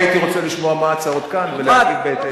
אני הייתי רוצה לשמוע מה ההצעות כאן ולהגיב בהתאם.